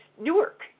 Newark